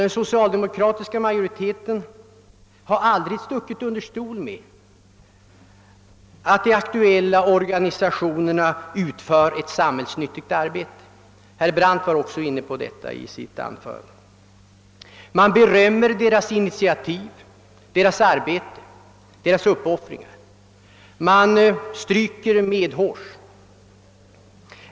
Den socialdemokratiska majoriteten har aldrig stuckit under stol med att de aktuella organisationerna utför ett samhällsnyttigt arbete. Herr Brandt var också inne på detta i sitt anförande. Man berömmer deras initiativ, deras arbete och uppoffringar. Man stryker dem medhårs.